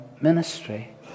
ministry